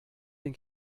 den